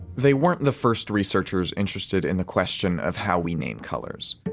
they weren't the first researchers interested in the question of how we name colors.